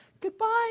goodbye